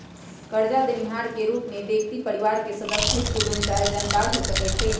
करजा देनिहार के रूप में व्यक्ति परिवार के सदस्य, हित कुटूम चाहे जानकार हो सकइ छइ